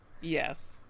Yes